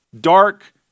dark